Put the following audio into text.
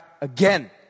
again